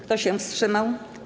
Kto się wstrzymał?